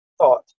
thought